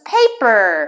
Paper